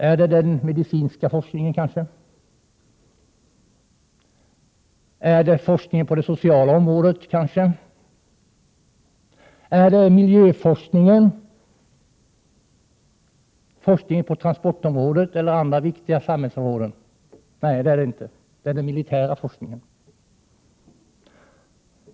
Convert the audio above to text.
Är det den medicinska forskningen, kanske? Är det forskningen på det sociala området? Är det miljöforskningen, forskningen på transportområdet eller andra viktiga samhällsområden? 25 Nej, det är det inte. Det är den militära forskningen.